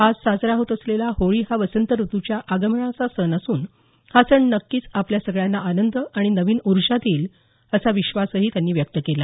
आज साजरा होत असलेला होळी हा वसंत रुतूच्या आमनाचा सण असून हा सण नक्कीच आपल्या सगळ्यांना आनंद आणि नवी उर्जा देईल असा विश्वासही त्यांनी व्यक्त केला